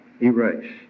erase